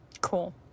Cool